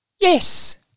Yes